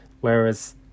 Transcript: whereas